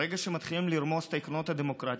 ברגע שמתחילים לרמוס את העקרונות הדמוקרטיים,